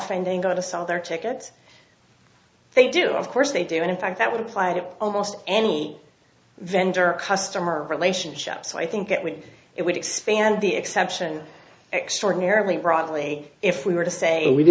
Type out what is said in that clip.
to sell their tickets they do of course they do and in fact that would apply to almost any vendor customer relationship so i think it would it would expand the exception extraordinarily broadly if we were to say w